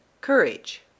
courage